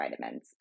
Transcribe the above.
vitamins